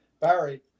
Barry